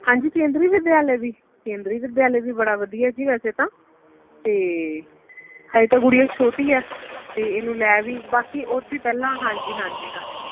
ਹਾਂਜੀ ਕੇਂਦਰੀ ਵਿਦਿਆਲੇ ਵੀ ਕੇਂਦਰੀ ਵਿਦਿਆਲੇ ਵੀ ਬੜਾ ਵਧੀਆ ਜੀ ਵੈਸੇ ਤਾਂ ਅਤੇ ਹਜੇ ਤਾਂ ਕੁੜੀਆਂ ਛੋਟੀ ਆ ਅਤੇ ਇਹਨੂੰ ਲੈ ਵੀ ਬਾਕੀ ਉੱਥੇ ਪਹਿਲਾਂ ਹਾਂਜੀ ਹਾਂਜੀ